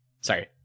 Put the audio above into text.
sorry